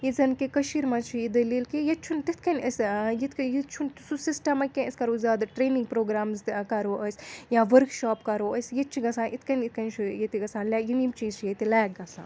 یہِ زَن کہِ کٔشیٖرِ منٛز چھِ یہِ دٔلیٖل کہِ ییٚتہِ چھُنہٕ تِتھ کَنۍ أسۍ یِتھ کَنۍ یہِ چھُنہٕ سُہ سِسٹَم کینٛہہ أسۍ کَرو زیادٕ ٹرینِنٛگ پروگرامٕز تہِ کَرو أسۍ یا ؤرٕک شاپ کَرو أسۍ ییٚتہِ چھِ گژھان اِتھۍ کَنۍ اِتھۍ کَنۍ چھُ ییٚتہِ گژھان یِم یِم چیٖز چھِ ییٚتہِ لیک گژھان